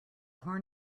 horn